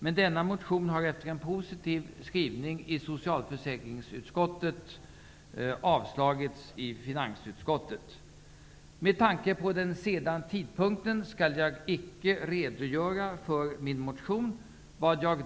Men denna motion har, efter en positiv skrivning i socialförsäkringsutskottet, avstyrkts av finansutskottet. Med tanke på den sena tidpunkten skall jag icke redogöra för min motion.